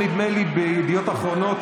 נדמה לי שיש מדור ב"ידיעות אחרונות",